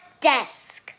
Desk